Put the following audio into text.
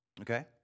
Okay